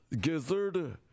Gizzard